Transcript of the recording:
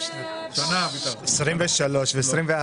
סעיף 87ג(ג), פקיד השומה.